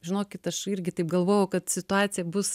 žinokit aš irgi taip galvojau kad situacija bus